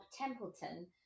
Templeton